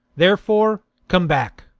therefore, come back.